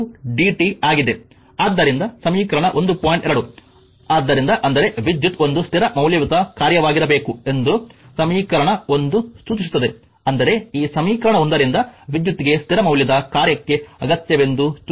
2 ಆದ್ದರಿಂದಅಂದರೆ ವಿದ್ಯುತ್ ಒಂದು ಸ್ಥಿರ ಮೌಲ್ಯಯುತ ಕಾರ್ಯವಾಗಿರಬೇಕು ಎಂದು ಸಮೀಕರಣ 1 ಸೂಚಿಸುತ್ತದೆ ಅಂದರೆ ಈ ಸಮೀಕರಣ 1 ರಿಂದ ವಿದ್ಯುತ್ ಗೆ ಸ್ಥಿರ ಮೌಲ್ಯದ ಕಾರ್ಯಕ್ಕೆ ಅಗತ್ಯವೆಂದು ಸೂಚಿಸುತ್ತದೆ